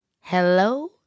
Hello